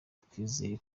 twizeye